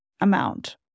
amount